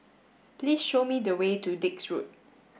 please show me the way to Dix Road